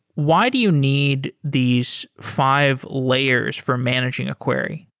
why do you need these five layers for managing a query?